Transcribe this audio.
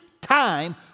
time